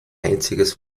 einziges